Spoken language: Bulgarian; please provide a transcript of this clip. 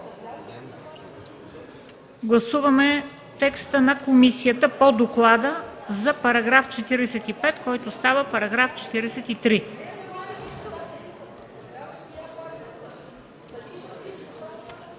Гласуваме текста на комисията по доклада за § 45, който става § 43.